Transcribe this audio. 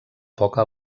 poca